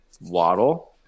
Waddle